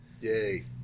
yay